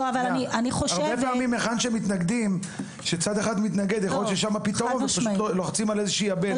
הרבה פעמים כשצד אחד מתנגד יכול להיות ששם הפתרון ופשוט לוחצים היכן